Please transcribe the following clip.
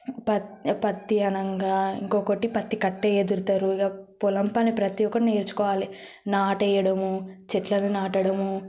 పత్తి అనంగా ఇంకొకటి పత్తి కట్టే ఎదురుతారు ఇగ పొలం పని ప్రతి ఒక్కరు నేర్చుకోవాలి నాటేయడము చెట్లను నాటడం